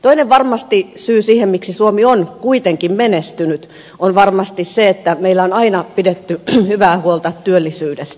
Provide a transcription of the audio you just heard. toinen syy siihen miksi suomi on kuitenkin menestynyt on varmasti se että meillä on aina pidetty hyvää huolta työllisyydestä